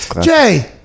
Jay